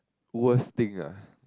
worst thing ah